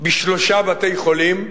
בשלושה בתי-חולים: